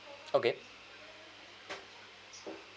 okay